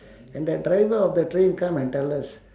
and that driver of the train come and tell us